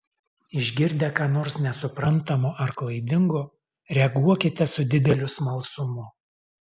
išgirdę ką nors nesuprantamo ar klaidingo reaguokite su dideliu smalsumu